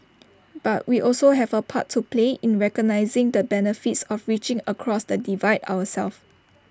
but we also have A part to play in recognising the benefits of reaching across the divide ourselves